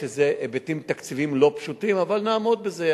יש בזה היבטים תקציביים לא פשוטים, אבל נעמוד בזה.